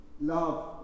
Love